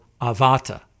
avata